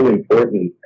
important